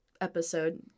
episode